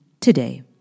today